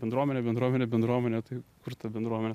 bendruomenė bendruomenė bendruomenė tai kur ta bendruomenė